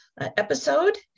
episode